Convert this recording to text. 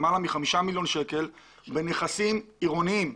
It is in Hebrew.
למעלה מחמישה מיליון שקלים בנכסים עירוניים.